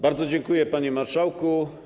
Bardzo dziękuję, panie marszałku.